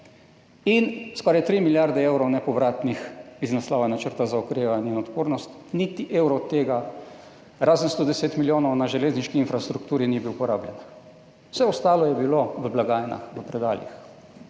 in skoraj tri milijarde evrov nepovratnih [sredstev] iz naslova Načrta za okrevanje in odpornost. Niti evro od tega, razen 110 milijonov za železniško infrastrukturo, ni bil porabljen, vse ostalo je bilo v blagajnah, v predalih.